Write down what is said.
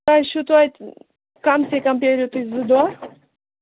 تۄہہِ چھُو توتہِ کَم سے کَم پرٛٲرِو تُہۍ زٕ دۄہ